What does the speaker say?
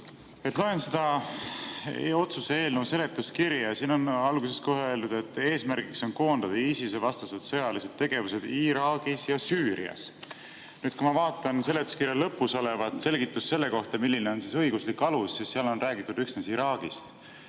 Ma loen seda otsuse eelnõu seletuskirja ja siin on alguses kohe öeldud, et eesmärk on koondada ISIS-e-vastased sõjalised tegevused Iraagis ja Süürias. Kui ma vaatan seletuskirja lõpus olevat selgitust selle kohta, milline on õiguslik alus, siis seal on räägitud üksnes Iraagist.